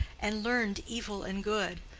and learned evil and good.